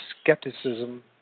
skepticism